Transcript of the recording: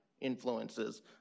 influences